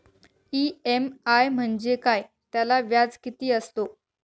EMI म्हणजे काय? त्याला व्याज किती असतो?